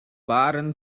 баарын